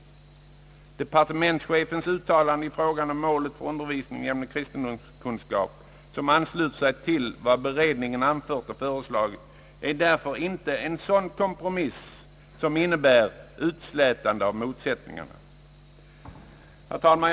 Departementschefens uttalande i fråga om målet för undervisning i ämnet kristendomskunskap, som ansluter sig till vad beredningen anfört och föreslagit, är därför inte en sådan kompromiss som innebär utslätande av motsättningar.» Herr talman!